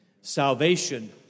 Salvation